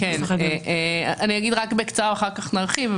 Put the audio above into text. אני אגיד בקצרה ואחר כך נרחיב.